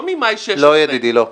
לא ממאי 2016. לא, ידידי, לא.